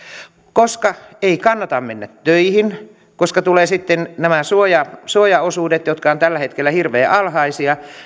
koska ei kannata mennä töihin koska tulevat sitten nämä suojaosuudet jotka ovat tällä hetkellä hirveän alhaisia